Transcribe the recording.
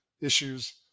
issues